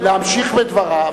אני יודע.